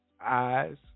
eyes